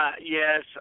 yes